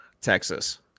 Texas